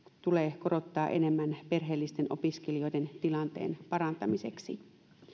tulee korottaa enemmän perheellisten opiskelijoiden tilanteen parantamiseksi